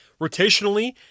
Rotationally